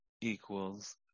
equals